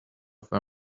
them